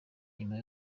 nyuma